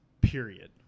period